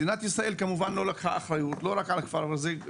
מדינת ישראל כמובן לא לקחה אחריות ולא רק על הכפר הזה אלא